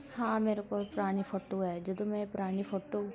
ਹਾਂ ਮੇਰੇ ਕੋਲ ਪੁਰਾਣੀ ਫੋਟੋ ਹੈ ਜਦੋਂ ਮੈਂ ਪੁਰਾਣੀ ਫੋਟੋ